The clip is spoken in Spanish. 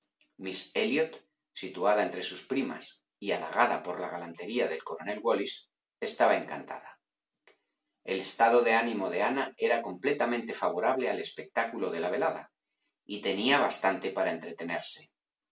elliot situada entre sus primas y halagada por la galantería del coronel wallis estaba encantada el estado de ánimo de ana era completamente favorable al espectáculo de la velada y tenía bastante para entretenerse